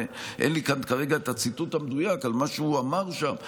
אין לי כאן כרגע את הציטוט המדויק אבל מה שהוא אמר שם זה: